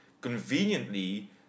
conveniently